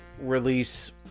release